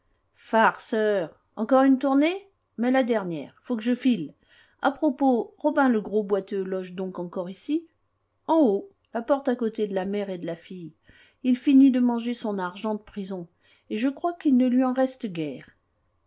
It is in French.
farceur encore une tournée mais la dernière faut que je file à propos robin le gros boiteux loge donc encore ici en haut la porte à côté de la mère et de la fille il finit de manger son argent de prison et je crois qu'il ne lui en reste guère